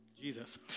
Jesus